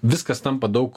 viskas tampa daug